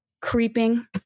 creeping